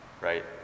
right